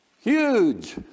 huge